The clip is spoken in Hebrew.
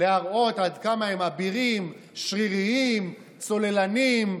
להראות עד כמה הם אבירים, שריריים, צוללנים,